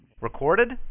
Recorded